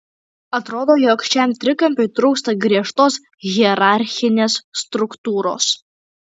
atrodo jog šiam trikampiui trūksta griežtos hierarchinės struktūros